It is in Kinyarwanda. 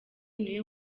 niwe